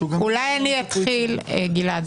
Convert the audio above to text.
שאולי הוא גם --- גלעד.